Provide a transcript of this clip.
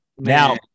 Now